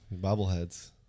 Bobbleheads